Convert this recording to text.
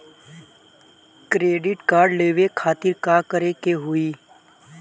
Credit card लेवे खातिर का करे के होई?